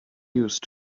used